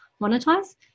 monetize